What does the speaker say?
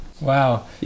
Wow